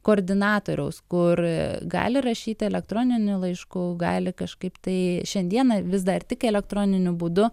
koordinatoriaus kur gali rašyti elektroniniu laišku gali kažkaip tai šiandieną vis dar tik elektroniniu būdu